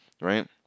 right